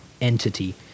entity